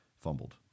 fumbled